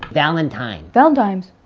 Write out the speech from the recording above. valentine. valentimes.